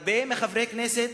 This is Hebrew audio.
הרבה חברי כנסת,